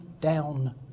down